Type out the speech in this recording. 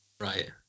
right